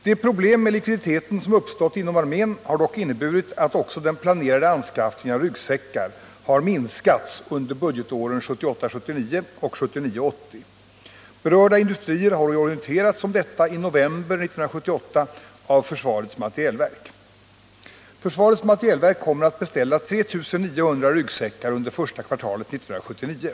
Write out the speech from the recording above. De problem med likviditeten som uppstått inom armén har dock inneburit att också den planerade anskaffningen av ryggsäckar har minskats under budgetåren 1978 80. Berörda industrier har orienterats om detta i november 1978 av försvarets materielverk. Försvarets materielverk kommer att beställa 3 900 ryggsäckar under första kvartalet 1979.